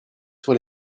sur